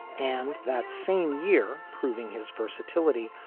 and that same year, proving his versatility,